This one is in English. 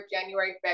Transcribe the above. January